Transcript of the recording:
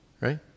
Right